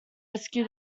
rescue